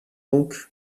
donc